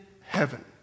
heaven